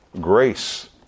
Grace